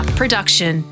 production